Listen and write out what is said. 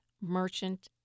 merchant